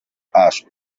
asked